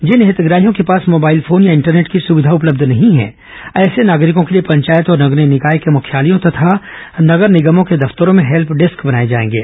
जिन हितग्राहियों के पास मोबाइल फोन या इंटरनेट की सुविधा उपलब्ध नहीं है ऐसे नागरिकों के लिए पंचायत और नगरीय निकाय के मुख्यालयों तथा नगर निगमों के दफ्तरों में हेल्प डेस्क बनाए जाएंगे